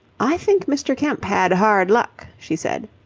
i think mr. kemp had hard luck, she said.